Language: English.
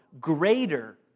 greater